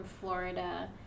Florida